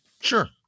Sure